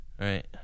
right